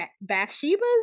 bathsheba's